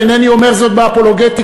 ואינני אומר זאת באפולוגטיקה,